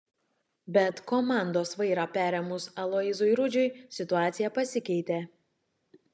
bet komandos vairą perėmus aloyzui rudžiui situacija pasikeitė